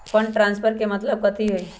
Fund transfer के मतलब कथी होई?